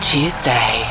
Tuesday